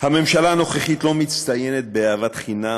הממשלה הנוכחית לא מצטיינת באהבת חינם